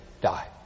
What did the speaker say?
die